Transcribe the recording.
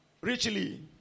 richly